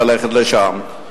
ללכת לשם.